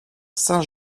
saint